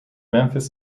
memphis